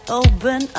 open